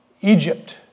Egypt